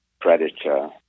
predator